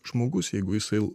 žmogus jeigu jisai